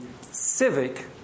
civic